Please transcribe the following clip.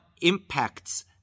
impacts